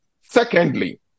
Secondly